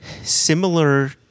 Similar